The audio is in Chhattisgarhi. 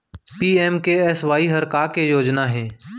पी.एम.के.एस.वाई हर का के योजना हे?